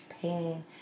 pain